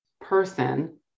person